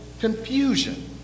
confusion